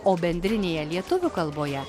o bendrinėje lietuvių kalboje